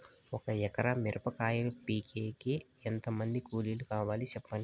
ఒక ఎకరా మిరప కాయలు పీకేకి ఎంత మంది కూలీలు కావాలి? సెప్పండి?